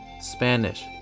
Spanish